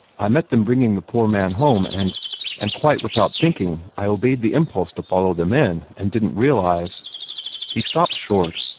i met them bringing the poor man home, and and quite without thinking, i obeyed the impulse to follow them in, and didn't realize he stopped short,